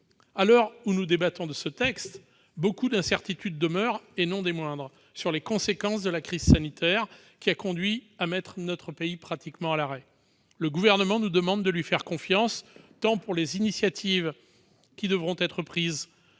À l'heure où nous débattons de ce texte, beaucoup d'incertitudes demeurent, et non des moindres, sur les conséquences de la crise sanitaire qui a conduit à mettre notre pays pratiquement à l'arrêt. Le Gouvernement nous demande de lui faire confiance, tant pour les initiatives qui devront être prises